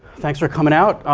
thanks for coming out.